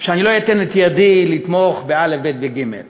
אני לא אתן את ידי לתמוך בא', ב' וג'.